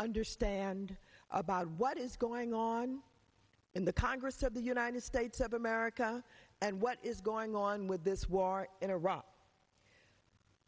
understand about what is going on in the congress of the united states of america and what is going on with this war in iraq